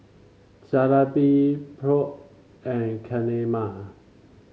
Jalebi Pho and Kheema